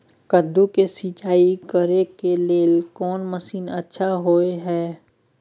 कद्दू के सिंचाई करे के लेल कोन मसीन अच्छा होय है?